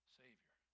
savior